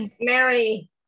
Mary